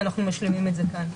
ואנחנו משלימים את זה כאן.